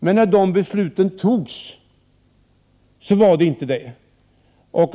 Men när de besluten togs var det inte så.